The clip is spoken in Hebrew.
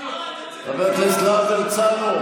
חבר הכנסת להב הרצנו,